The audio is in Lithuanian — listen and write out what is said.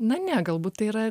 na ne galbūt tai yra